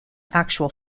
actual